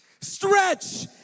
stretch